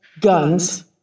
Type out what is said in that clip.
guns